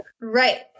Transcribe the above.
Right